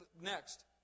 next